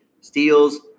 steals